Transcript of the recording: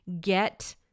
get